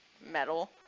metal